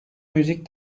müzik